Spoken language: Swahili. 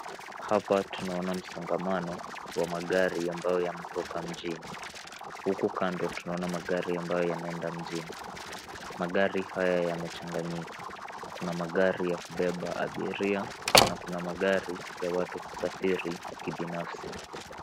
Hapa tunaona msongamano wa magari ambayo yanatoka mjini huku kando tunaona magari ambayo yanaenda mjini. Magari haya yamechanganyika. Kuna magari ya kubeba abiria na kuna magari ya watu kusafiri kibinafsi.